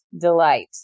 delight